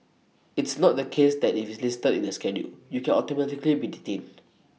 it's not the case that if listed in the schedule you can automatically be detained